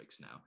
now